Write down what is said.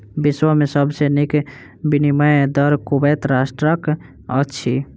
विश्व में सब सॅ नीक विनिमय दर कुवैत राष्ट्रक अछि